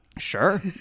Sure